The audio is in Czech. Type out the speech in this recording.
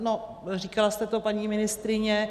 No, říkala jste to, paní ministryně.